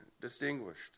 distinguished